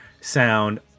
sound